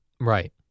right